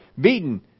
beaten